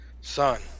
son